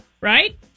right